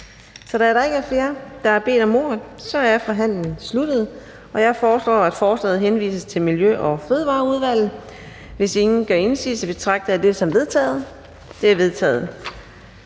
Da der ikke er flere, der har bedt om ordet, er forhandlingen sluttet. Jeg foreslår, at forslaget til folketingsbeslutning henvises til Miljø- og Fødevareudvalget. Hvis ingen gør indsigelse, betragter jeg det som vedtaget. Det er vedtaget.